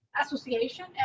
association